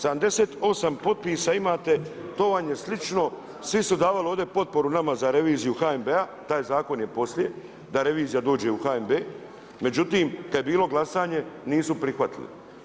78 potpisa imate, to vam je slično svi su davali ovdje potporu nama za reviziju HNB-a, taj zakon je poslije, da revizija dođe u HNB, međutim kada je bilo glasanje nisu prihvatili.